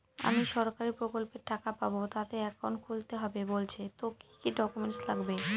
আমি সরকারি প্রকল্পের টাকা পাবো তাতে একাউন্ট খুলতে হবে বলছে তো কি কী ডকুমেন্ট লাগবে?